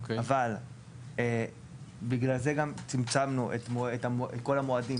אבל בגלל זה גם צמצמנו את כל המועדים,